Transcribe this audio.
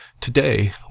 Today